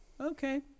okay